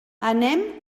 anem